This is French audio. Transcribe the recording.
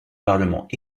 parlement